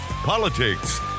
politics